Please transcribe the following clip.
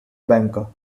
banker